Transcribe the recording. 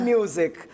Music